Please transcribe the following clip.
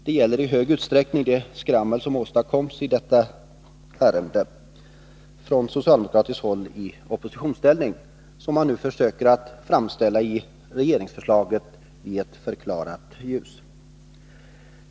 Det gäller i stor utsträckning det skrammel som åstadkoms i detta ärende från socialdemokratiskt håll i opposition, och nu försöker man framställa regeringsförslaget i ett förklarat ljus.